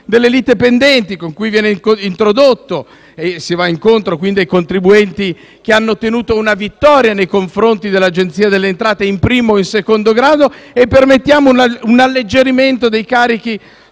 delle liti pendenti, con cui si va incontro ai contribuenti che hanno ottenuto una vittoria nei confronti dell'Agenzia delle entrate in primo o in secondo grado, permettendo un alleggerimento dei carichi